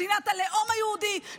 מדינת הלאום היהודי,